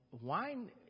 wine